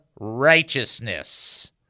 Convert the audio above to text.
righteousness